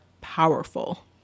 powerful